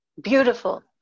Beautiful